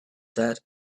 that